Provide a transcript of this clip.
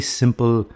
simple